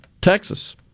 Texas